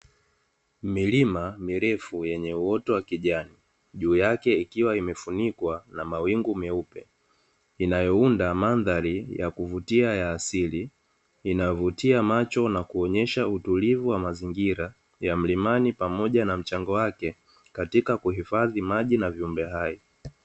Milima mirefu yenye uoto wa kijani, juu yake ikiwa imefunikwa na mawingu meupe, inayounda mandhari ya kuvutia ya asili, inavutia macho na kuonyesha utulivu wa mazingira ya mlimani pamoja na mchango wake katika kuhifadhi maji na viumbe hai.